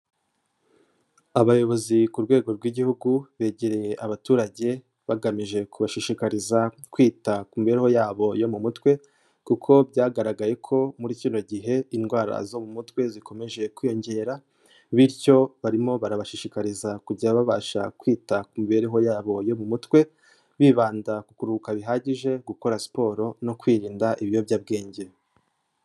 Abayobozi ku rwego rw'Igihugu begereye abaturage bagamije kubashishikariza kwita ku mibereho yabo yo mu mutwe, kuko byagaragaye ko muri kino gihe indwara zo mu mutwe zikomeje kwiyongera, bityo barimo barabashishikariza kujya babasha kwita ku mibereho yabo yo mu mutwe, bibanda ku kuruhuka bihagije, gukora siporo no kwirinda ibiyobyabwenge.